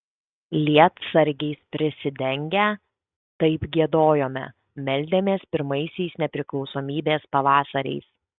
lietsargiais prisidengę taip giedojome meldėmės pirmaisiais nepriklausomybės pavasariais